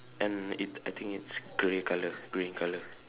and it I think it's grey colour grey colour